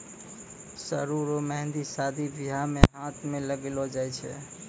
सरु रो मेंहदी शादी बियाह मे हाथ मे लगैलो जाय छै